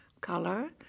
color